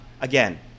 Again